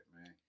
man